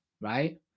right